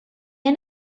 end